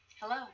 Hello